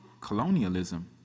colonialism